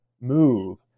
move